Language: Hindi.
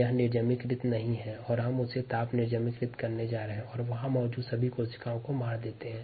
अब हम इसे ताप निर्जमिकरण करने जा रहे हैं और वहां मौजूद सभी कोशिका को मार देते हैं